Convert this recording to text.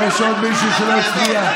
יש עוד מישהו שלא הצביע?